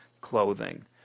clothing